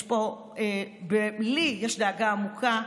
לי יש דאגה עמוקה,